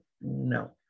no